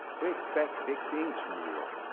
we expect big things from you all.